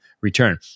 return